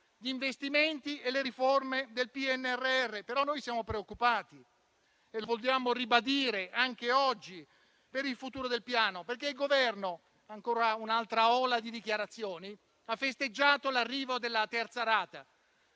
di investimenti e di riforme del PNRR. Siamo preoccupati, però, e lo vogliamo ribadire anche oggi, per il futuro del Piano, perché il Governo - ancora un'altra ola di dichiarazioni - ha festeggiato l'arrivo della terza rata